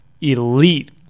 elite